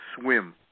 swim